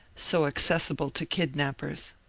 so accessible to kidnappers.